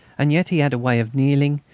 and yet he had a way of kneeling,